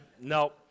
no